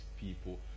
people